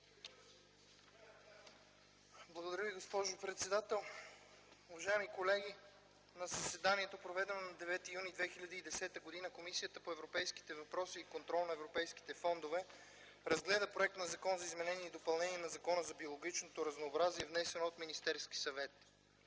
Благодаря Ви, госпожо председател. Уважаеми колеги, „На заседанието, проведено на 9 юни 2010 г., Комисията по европейските въпроси и контрол на европейските фондове разгледа проект на Закон за изменение и допълнение на Закона за биологичното разнообразие, внесен от Министерския съвет.